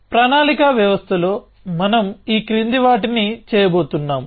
ప్రణాళికా వ్యవస్థలో మనం ఈ క్రింది వాటిని చేయబోతున్నాము